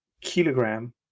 kilogram